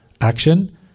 action